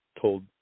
told